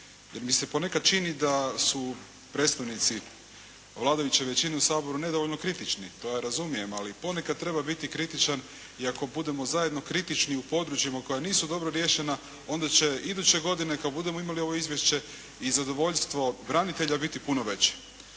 mi se ponekad čini da su predstavnici vladajuće većine u Saboru nedovoljno kritični, to razumijem. Ali ponekad treba biti kritičan i ako budemo zajedno kritični u područjima koja nisu dobro riješena onda će iduće godine kad budemo imali ovo izvješće i zadovoljstvo branitelja biti puno veće.